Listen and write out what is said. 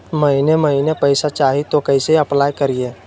महीने महीने पैसा चाही, तो कैसे अप्लाई करिए?